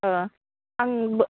आं